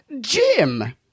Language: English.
Jim